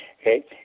okay